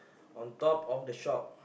on top of the shop